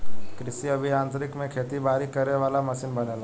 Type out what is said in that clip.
कृषि अभि यांत्रिकी में खेती बारी करे वाला मशीन बनेला